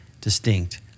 distinct